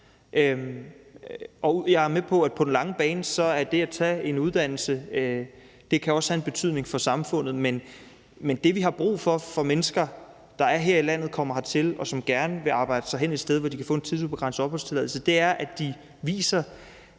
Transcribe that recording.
Jeg er med på, at på den lange bane kan det at tage en uddannelse også have en betydning for samfundet, men det, vi har brug for fra mennesker, der er her i landet, og som er kommet hertil, og som gerne vil arbejde sig hen et sted, hvor de kan få en tidsubegrænset opholdstilladelse, er, at de viser,